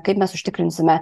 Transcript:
kaip mes užtikrinsime